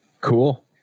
cool